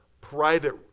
private